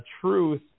truth